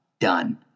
Done